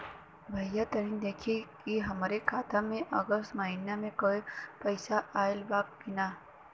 भईया तनि देखती की हमरे खाता मे अगस्त महीना में क पैसा आईल बा की ना?